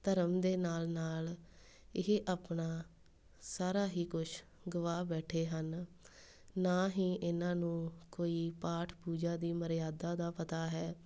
ਧਰਮ ਦੇ ਨਾਲ ਨਾਲ ਇਹ ਆਪਣਾ ਸਾਰਾ ਹੀ ਕੁਛ ਗਵਾ ਬੈਠੇ ਹਨ ਨਾ ਹੀ ਇਹਨਾਂ ਨੂੰ ਕੋਈ ਪਾਠ ਪੂਜਾ ਦੀ ਮਰਿਆਦਾ ਦਾ ਪਤਾ ਹੈ